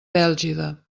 bèlgida